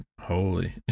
Holy